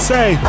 Say